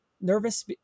nervous